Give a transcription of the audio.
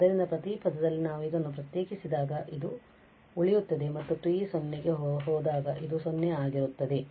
ಆದ್ದರಿಂದ ಪ್ರತಿ ಪದದಲ್ಲಿ ನಾವು ಇದನ್ನು ಪ್ರತ್ಯೇಕಿಸಿದಾಗ ಇದು ಉಳಿಯುತ್ತದೆ ಮತ್ತು t 0 ಗೆ ಹೋದಾಗ ಇದು 0 ಆಗಿರುತ್ತದೆ